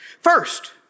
First